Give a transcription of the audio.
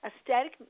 Aesthetic